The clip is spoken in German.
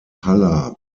haller